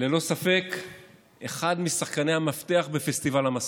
ללא ספק אחד משחקני המפתח בפסטיבל המסכות.